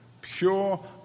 Pure